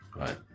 Right